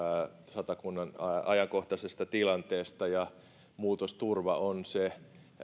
satakunnan ajankohtaisesta tilanteesta ja muutosturva on se